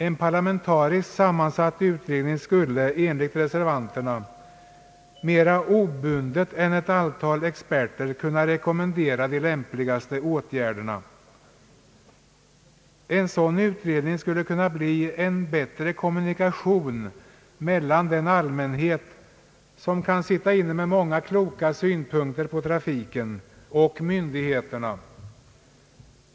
En parlamentariskt sammansatt utredning skulle enligt reservanterna mera obundet än ett antal experter kunna rekommendera de lämpligaste åtgärderna. Den skulle kunna skapa en bättre kommunikation mellan å ena sidan den allmänhet som kan sitta inne med många kloka synpunkter i fråga om trafiken och å andra sidan myndigheterna.